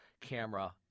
camera